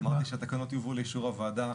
אמרתי שהתקנות יובאו לאישור הוועדה.